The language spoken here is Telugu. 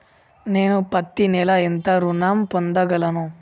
నేను పత్తి నెల ఎంత ఋణం పొందగలను?